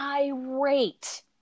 irate